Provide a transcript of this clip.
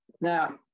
now